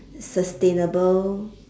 sustainable